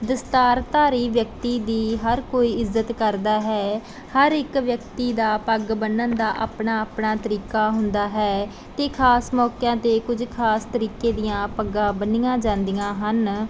ਦਸਤਾਰਧਾਰੀ ਵਿਅਕਤੀ ਦੀ ਹਰ ਕੋਈ ਇੱਜ਼ਤ ਕਰਦਾ ਹੈ ਹਰ ਇੱਕ ਵਿਅਕਤੀ ਦਾ ਪੱਗ ਬੰਨ੍ਹਣ ਦਾ ਆਪਣਾ ਆਪਣਾ ਤਰੀਕਾ ਹੁੰਦਾ ਹੈ ਅਤੇ ਖਾਸ ਮੌਕਿਆਂ 'ਤੇ ਕੁਝ ਖਾਸ ਤਰੀਕੇ ਦੀਆਂ ਪੱਗਾਂ ਬੰਨ੍ਹੀਆਂ ਜਾਂਦੀਆਂ ਹਨ